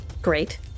Great